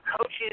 coaches